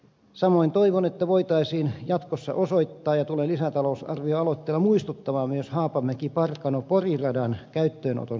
samoin toivon että voitaisiin jatkossa huomioida myös haapamäkiparkanopori radan käyttöönoton selvittäminen ja tulen lisätalousarvioaloitteella muistuttamaan siitä